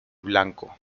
blanco